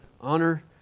Honor